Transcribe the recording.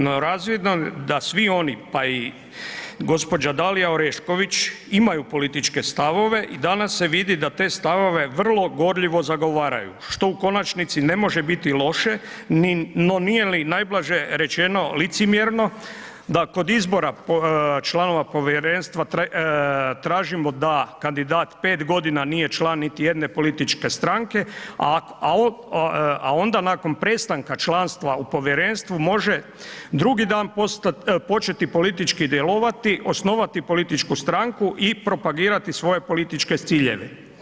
No, razvidno je da svi oni, pa i gđa. Dalija Orešković imaju političke stavove i danas se vidi da te stavove vrlo gorljivo zagovaraju, što u konačnici ne može biti loše, no nije li ni najblaže rečeno licemjerno da kod izbora članova povjerenstva tražimo da kandidat 5.g. nije član niti jedne političke stranke, a onda nakon prestanka članstva u povjerenstvu može drugi dan početi politički djelovati, osnovati političku stranku i propagirati svoje političke ciljeve.